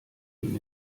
ihm